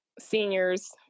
seniors